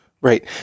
Right